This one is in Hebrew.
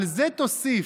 על זה תוסיף